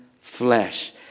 flesh